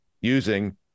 using